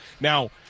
Now